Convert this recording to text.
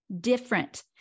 different